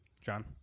John